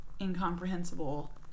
incomprehensible